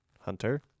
hunter